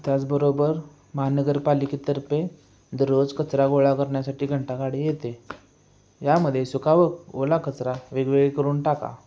त्याचबरोबर महानगरपालिकेतर्फे दररोज कचरा गोळा करण्यासाठी घंटागाडी येते यामध्ये सुका व ओला कचरा वेगवेगळे करून टाका